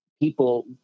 people